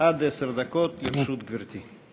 עד עשר דקות לרשות גברתי.